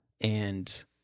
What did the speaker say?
and-